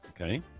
Okay